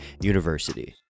university